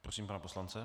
Prosím pana poslance.